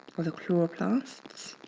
are the chloroplasts.